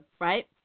right